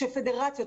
ראשי פדרציות,